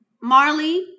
Marley